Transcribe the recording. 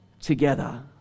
together